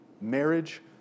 marriage